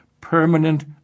permanent